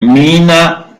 mina